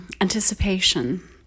anticipation